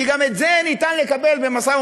כי גם את זה אפשר לקבל במשא-ומתן